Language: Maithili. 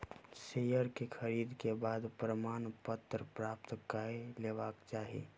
शेयर के खरीद के बाद प्रमाणपत्र प्राप्त कय लेबाक चाही